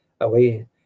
away